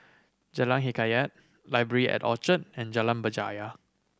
Jalan Hikayat Library at Orchard and Jalan Berjaya